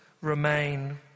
remain